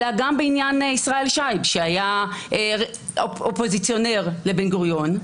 אלא גם בעניין ישראל שייב שהיה אופוזיציונר לבן-גוריון,